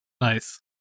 nice